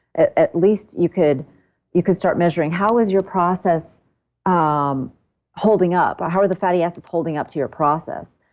at at least, you could you can start measuring how is your process um holding up or how are the fatty acids holding up to your process?